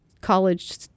college